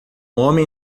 homem